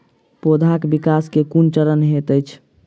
पौधाक विकास केँ केँ कुन चरण हएत अछि?